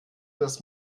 das